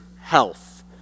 health